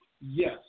yes